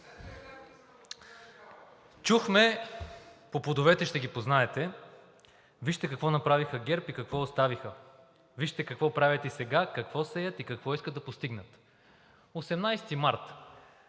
Чухме: „По плодовете ще ги познаете.“ Вижте какво направиха ГЕРБ и какво оставиха, вижте какво правят и сега, какво сеят и какво искат да постигнат. 18 март